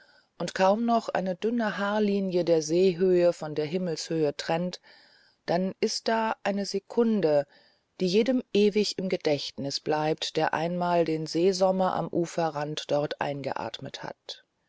und kaum noch eine dünne haarlinie die seehöhe von der himmelshöhe trennt dann ist da eine sekunde die jedem ewig im gedächtnis bleibt der einmal den seesommer am uferrand dort eingeatmet hat